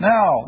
Now